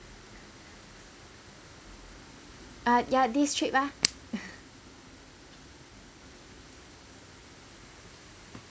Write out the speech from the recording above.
ah ya this trip ah